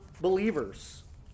believers